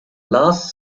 last